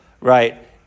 right